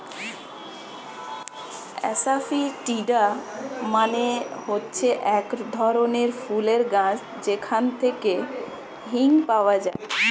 asafoetida মানে হচ্ছে এক ধরনের ফুলের গাছ যেখান থেকে হিং পাওয়া যায়